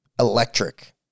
Electric